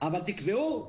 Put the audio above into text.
אבל תקבעו.